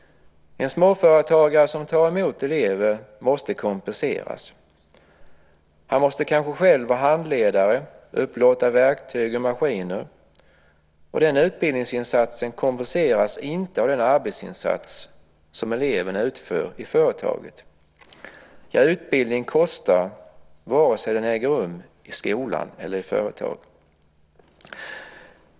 En småföretagare som tar emot elever måste kompenseras. Han måste kanske själv vara handledare och upplåta verktyg och maskiner. Den utbildningsinsatsen kompenseras inte av den arbetsinsats som eleven utför i företaget. Utbildning kostar antingen den äger rum i skolan eller i företagen.